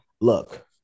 look